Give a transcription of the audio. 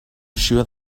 sure